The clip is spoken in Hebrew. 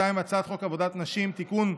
2. הצעת חוק עבודת נשים (תיקון,